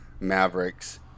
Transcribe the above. Mavericks